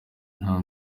nta